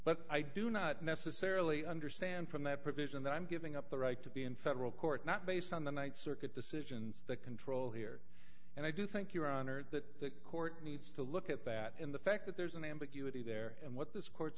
but i do not necessarily understand from that provision that i'm giving up the right to be in federal court not based on the th circuit decisions that control here and i do think your honor that the court needs to look at that in the fact that there's an ambiguity there and what this court